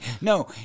No